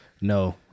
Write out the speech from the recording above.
no